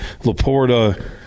Laporta